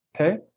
okay